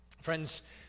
Friends